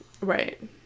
right